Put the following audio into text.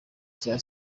cya